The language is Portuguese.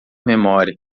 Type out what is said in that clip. memória